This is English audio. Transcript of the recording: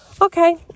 Okay